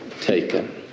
taken